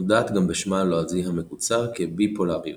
נודעת גם בשמה הלועזי המקוצר כ"בי־פולאריות",